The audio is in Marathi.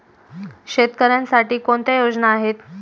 शेतकऱ्यांसाठी कोणत्या योजना आहेत?